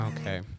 Okay